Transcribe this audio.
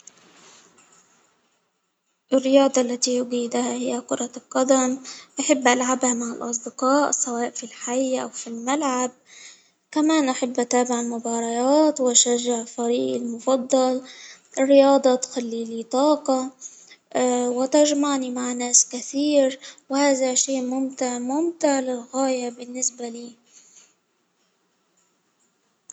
الرياضة التي أجيدها هي كرة القدم، أحب ألعبها مع الأصدقاء سواء في الحي أو في الملعب، كمان أحب أتابع المباريات وأشجع فريقي المفضل الرياضة تخلي لي طاقة، وتجمعني مع ناس كثير، وهذا شئ ممتع ممتع للغاية بالنسبة لي.